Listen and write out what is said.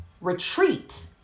retreat